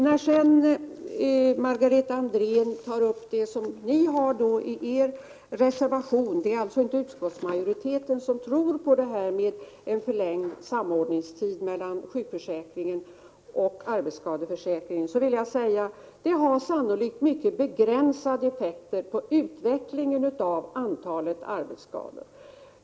När sedan Margareta Andrén tar upp innehållet i folkpartiets reservation till socialförsäkringsutskottets betänkande 1987/88:2 — det är inte utskottsmajoriteten som tror på en förlängd samordningstid mellan sjukförsäkringen och arbetsskadeförsäkringen — vill jag säga att det sannolikt har mycket begränsade effekter på utvecklingen av antalet arbetsskador.